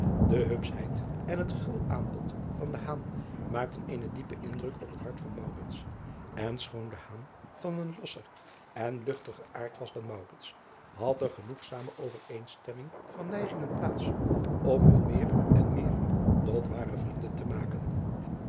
e hupschheid en het gul aanbod van maakten eenen diepen indruk op het hart van en schoon van een losser en luchtiger aard was dan had er genoegzame overeenstemming van neigingen plaats om hun meer en meer tot ware vrienden te maken